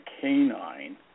canine